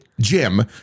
Jim